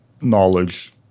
knowledge